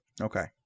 Okay